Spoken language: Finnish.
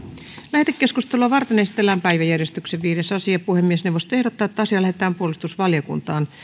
lähetekeskustelua varten esitellään päiväjärjestyksen viides asia puhemiesneuvosto ehdottaa että asia lähetetään puolustusvaliokuntaan